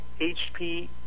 HP